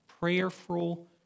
prayerful